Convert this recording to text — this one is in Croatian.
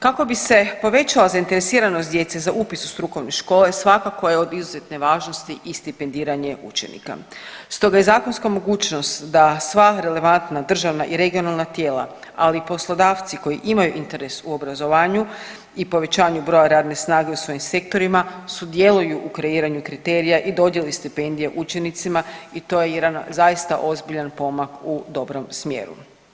Kako bi se povećala zainteresiranost djece za upis u strukovne škole, svakako je od izuzetne važnosti i stipendiranje učenika, stoga je zakonska mogućnost da sva relevantna državna i regionalna tijela, ali i poslodavci koji imaju interes u obrazovanju i povećanju broja radne snage u svojim sektorima, sudjeluju u kreiranju kriterija i dodjeli stipendija učenicima i to je jedan zaista ozbiljan pomak u dobrom smjeru.